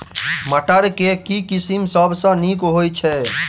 मटर केँ के किसिम सबसँ नीक होइ छै?